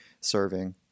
serving